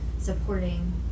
supporting